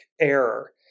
error